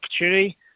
opportunity